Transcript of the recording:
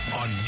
on